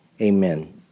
Amen